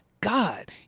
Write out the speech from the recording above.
God